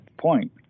point